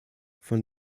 von